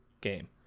game